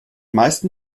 meisten